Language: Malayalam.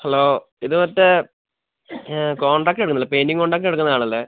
ഹലോ ഇത് മറ്റേ കോൺടാക്ക് എടുക്കുന്നില്ലെ പെയിൻ്റിങ്ങ് കോൺട്രാക്റ്റെടുക്കുന്ന ആളല്ലെ